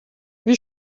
wie